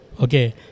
okay